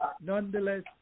Nonetheless